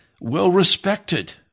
well-respected